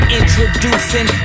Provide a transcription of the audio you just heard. introducing